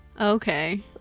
Okay